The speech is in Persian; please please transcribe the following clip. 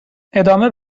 ادامه